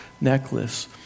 necklace